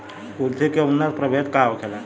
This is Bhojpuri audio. कुलथी के उन्नत प्रभेद का होखेला?